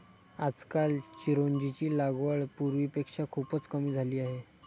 आजकाल चिरोंजीची लागवड पूर्वीपेक्षा खूपच कमी झाली आहे